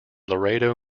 laredo